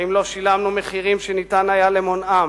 האם לא שילמנו מחירים שניתן היה למונעם?